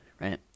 right